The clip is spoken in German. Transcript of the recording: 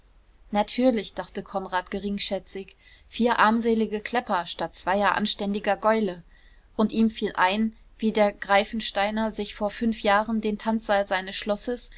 natürlich dachte konrad geringschätzig vier armselige klepper statt zweier anständiger gäule und ihm fiel ein wie der greifensteiner sich vor fünf jahren den tanzsaal seines schlosses